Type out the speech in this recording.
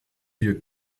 wir